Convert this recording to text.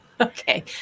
okay